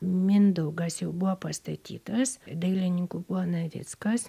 mindaugas jau buvo pastatytas dailininku buvo navickas